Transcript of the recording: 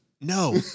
no